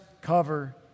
cover